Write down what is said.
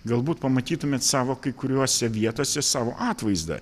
galbūt pamatytumėt savo kai kuriose vietose savo atvaizdą